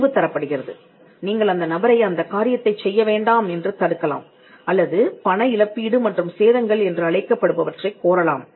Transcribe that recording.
தீர்வு தரப்படுகிறது நீங்கள் அந்த நபரை அந்தக் காரியத்தைச் செய்ய வேண்டாம் என்று தடுக்கலாம் அல்லது பண இழப்பீடு மற்றும் சேதங்கள் என்று அழைக்கப்படுபவற்றைக் கோரலாம்